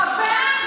חכה,